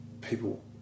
People